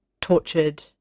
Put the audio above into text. tortured